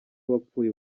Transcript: wapfuye